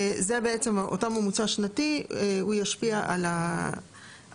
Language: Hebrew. וזה בעצם אותו ממוצע שנתי הוא ישפיע על השינוי.